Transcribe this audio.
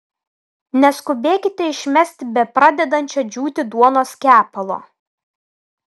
neskubėkite išmesti bepradedančio džiūti duonos kepalo